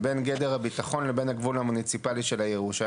בין גדר הביטחון לבין הגבול המוניציפלי של ירושלים.